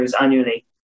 annually